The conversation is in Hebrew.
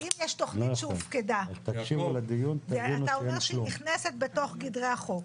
אם יש תכנית שהופקדה ואתה אומר שהיא נכנסת בתוך גדרי החוק,